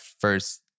first